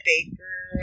Baker